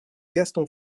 gaston